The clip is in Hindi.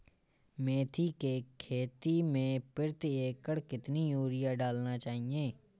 मेथी के खेती में प्रति एकड़ कितनी यूरिया डालना चाहिए?